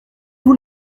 vous